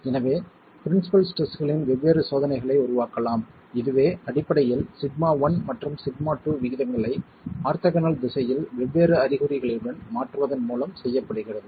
எனவே பிரின்சிபல் ஸ்ட்ரெஸ்களின் வெவ்வேறு சேர்க்கைகளை உருவாக்கலாம் இதுவே அடிப்படையில் σ1 மற்றும் σ2 விகிதங்களை ஆர்த்தோகனல் திசையில் வெவ்வேறு அறிகுறிகளுடன் மாற்றுவதன் மூலம் செய்யப்படுகிறது